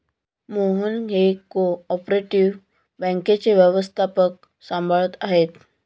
मोहन हे cooperative बँकेचे व्यवस्थापकपद सांभाळत आहेत